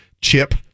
chip